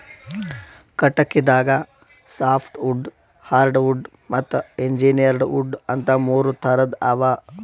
ಕಟಗಿದಾಗ softwood hardwood ಮತ್ತ್ engineered wood ಅಂತಾ ಮೂರ್ ಥರದ್ ಅವಾ